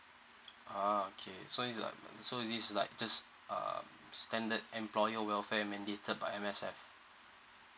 ah okay so it's like so this is like just um standard employer welfare mandated by M_S_F